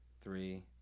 Three